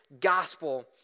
gospel